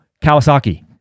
Kawasaki